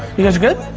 you guys good?